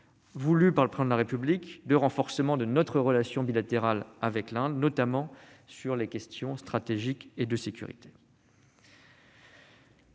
voulue par le Président de la République, de renforcement de notre relation bilatérale avec l'Inde, notamment sur les questions stratégiques et de sécurité.